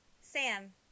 Sam